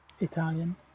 Italian